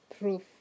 proof